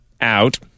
out